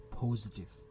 Positive